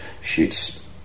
shoots